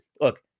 look